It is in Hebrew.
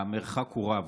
המרחק הוא רב.